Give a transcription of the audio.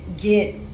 get